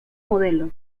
modelo